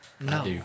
No